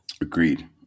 Agreed